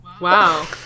Wow